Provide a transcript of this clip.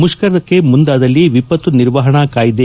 ಮುಷ್ತರಕ್ಕೆ ಮುಂದಾದಲ್ಲಿ ವಿಪತ್ತು ನಿರ್ವಹಣಾ ಕಾಯ್ಲಿ